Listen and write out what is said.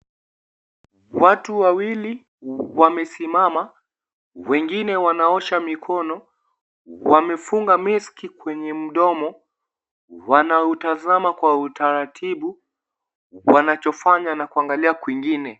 Watu wawili wamesimama wengine wanaosha mikono wamefunga mesiki kwenye mdomo wanautazama kwa utaratibu wanachafanya na kuangalia kwingine.